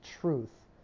truth